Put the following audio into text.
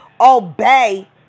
Obey